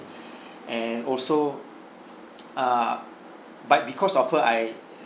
and also uh but because of her I